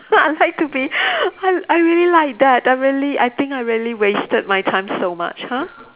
I like to be I I really like that that I really I think I really wasted my time so much !huh!